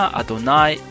adonai